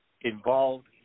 involved